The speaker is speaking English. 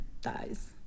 dies